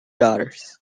daughters